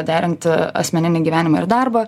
derinti asmeninį gyvenimą ir darbą